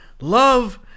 love